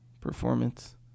performance